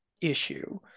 issue